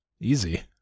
Easy